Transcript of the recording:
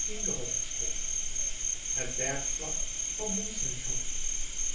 tiende hoofdstuk het bergvlak van